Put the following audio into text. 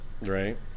right